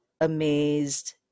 amazed